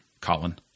Colin